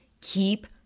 Keep